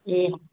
जी